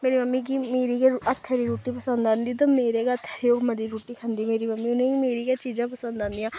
मेरी मम्मी गी मेरी गै हत्थै दी रुट्टी पसंद औंदी ते मेरे गै हत्थै दी ओह् मती रुट्टी खंदी मेरी मम्मी उ'नेंगी मेरी गै चीजां पसंद औंदियां